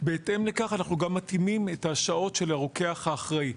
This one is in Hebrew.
בהתאם לכך אנחנו מתאימים גם את השעות של הרוקח האחראי.